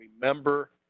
Remember